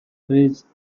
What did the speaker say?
phrase